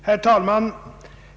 Herr talman!